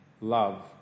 love